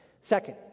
Second